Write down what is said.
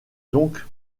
donc